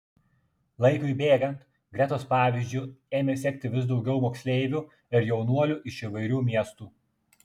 laikui bėgant gretos pavyzdžiu ėmė sekti vis daugiau moksleivių ir jaunuolių iš įvairių miestų